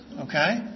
okay